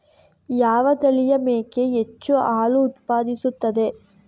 ಯಾವ ತಳಿಯ ಮೇಕೆ ಹೆಚ್ಚು ಹಾಲು ಉತ್ಪಾದಿಸುತ್ತದೆ?